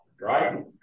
right